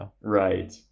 Right